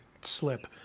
slip